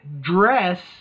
dress